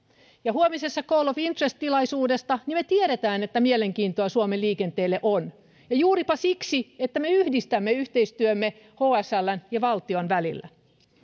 huomisesta call of interest tilaisuudesta me tiedämme että mielenkiintoa suomen liikenteelle on ja juuri siksi että me yhdistämme yhteistyömme hsln ja valtion välillä